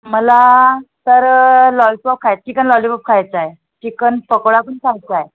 मला तर लॉलीपॉप खाय चिकन लॉलीपॉप खायचा आहे चिकन पकोडा पण खायचा आहे